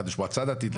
לאחת יש מועצה דתית,